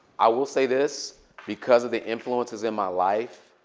i will say this. because of the influences in my life,